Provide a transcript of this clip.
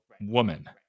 woman